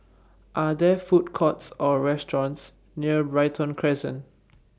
Are There Food Courts Or restaurants near Brighton Crescent